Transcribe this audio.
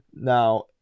Now